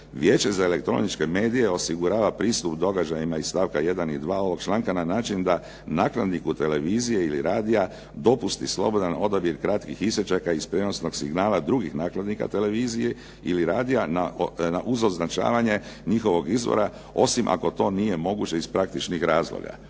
Vijeće za elektroničke medije osigurava pristup događajima iz stavka 1. i 2. ovog članka na način da nakladniku televizije ili radija dopusti slobodan odabir kratkih isječaka iz prijenosnog signala drugih nakladnika televizije ili radija uz označavanje njihovog izvora, osim ako to nije moguće iz praktičnih razloga.